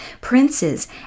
princes